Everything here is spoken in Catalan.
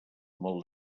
molt